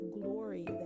glory